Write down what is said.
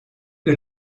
que